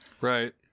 Right